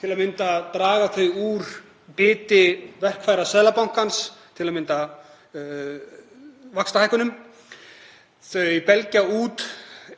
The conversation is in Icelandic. til að mynda draga þau úr biti verkfæra Seðlabankans, t.d. vaxtahækkunum. Þau belgja út